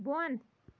بۄن